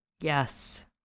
Yes